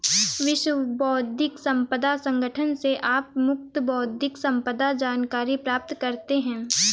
विश्व बौद्धिक संपदा संगठन से आप मुफ्त बौद्धिक संपदा जानकारी प्राप्त करते हैं